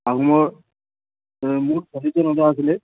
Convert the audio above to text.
আহোমৰ মুঠ ছাব্বিছজন ৰজা আছিলে